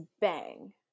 bang